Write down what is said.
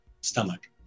stomach